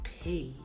pay